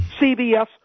cbs